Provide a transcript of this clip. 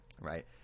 Right